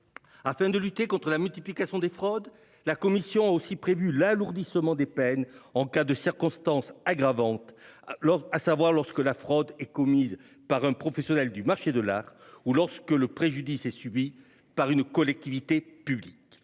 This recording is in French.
Pour lutter contre la multiplication des fraudes, la commission a aussi prévu l'alourdissement des peines en cas de circonstances aggravantes, lorsque la fraude est commise par un professionnel du marché de l'art ou lorsque le préjudice est subi par une collectivité publique.